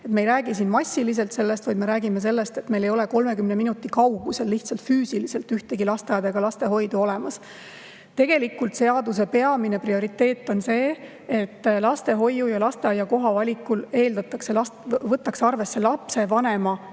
Me ei räägi siin massiliselt sellest, vaid me räägime sellest, et meil ei ole 30 minuti kaugusel lihtsalt füüsiliselt ühtegi lasteaeda ega lastehoidu olemas. Tegelikult seaduse peamine prioriteet on see, et lastehoiu‑ ja lasteaiakoha valikul võetakse arvesse lapsevanema eelistust.